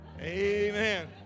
amen